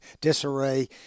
disarray